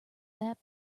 that